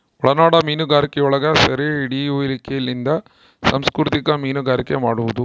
ಒಳನಾಡ ಮೀನುಗಾರಿಕೆಯೊಳಗ ಸೆರೆಹಿಡಿಯುವಿಕೆಲಿಂದ ಸಂಸ್ಕೃತಿಕ ಮೀನುಗಾರಿಕೆ ಮಾಡುವದು